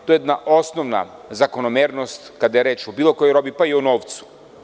To je jedna osnovna zakonomernost kada je reč o bilo kojoj robi, pa i o novcu.